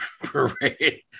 parade